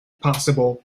possible